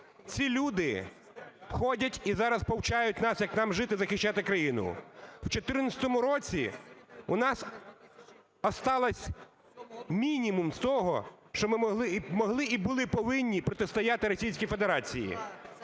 Ці люди ходять і зараз повчають нас, як нам жити і захищати країну. В 14-му році у нас осталось мінімум з того, що ми могли і були повинні протистояти Російській Федерації.